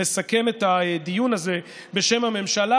לסכם את הדיון הזה בשם הממשלה,